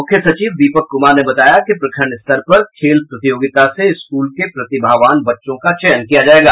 मुख्य सचिव दीपक कुमार ने बताया कि प्रखण्ड स्तर पर खेल प्रतियोगिता से स्कूल के प्रतिभावान बच्चों का चयन किया जायेगा